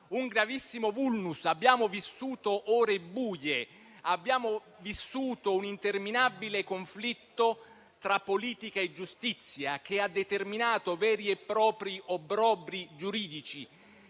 un gravissimo vulnus. Abbiamo vissuto ore buie, abbiamo vissuto un interminabile conflitto tra politica e giustizia, che ha determinato veri e propri obbrobri giuridici,